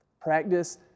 Practice